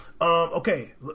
Okay